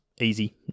easy